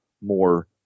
more